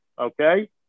okay